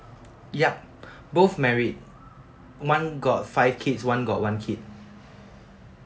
ya both married one got five kids one got one kid